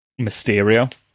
Mysterio